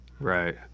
Right